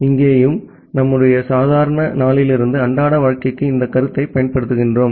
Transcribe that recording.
இங்கேயும் நம்முடைய சாதாரண நாளிலிருந்து அன்றாட வாழ்க்கைக்கு இந்த கருத்தை பயன்படுத்துகிறோம்